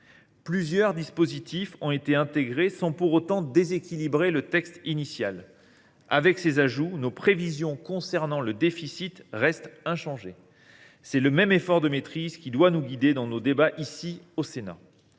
Plusieurs dispositifs ont été intégrés sans pour autant déséquilibrer le texte initial. Avec ces ajouts, nos prévisions concernant le déficit restent inchangées. C’est le même effort de maîtrise qui doit nous guider dans nos débats ici au Sénat.